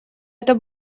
это